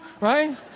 right